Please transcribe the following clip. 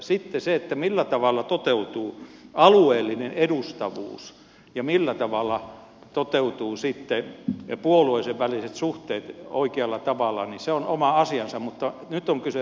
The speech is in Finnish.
sitten se millä tavalla toteutuu alueellinen edustavuus ja millä tavalla toteutuvat puolueiden väliset suhteet oikealla tavalla on oma asiansa mutta nyt on kyse vaalipiireistä